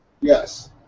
Yes